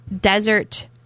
Desert